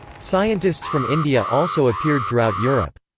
scientists from india also appeared throughout europe.